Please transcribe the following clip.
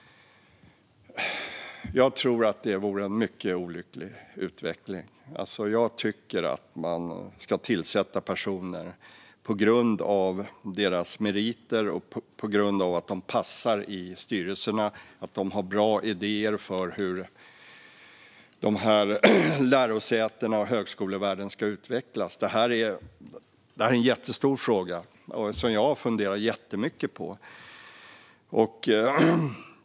Jag tror att det vore en mycket olycklig utveckling. Jag tycker att man ska tillsätta personer på grund av deras meriter och att de passar i styrelserna. De ska ha bra idéer för hur lärosätena och högskolevärlden ska utvecklas. Det är en jättestor fråga som jag har funderat jättemycket på.